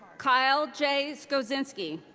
kyle j. skoczynski.